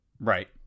Right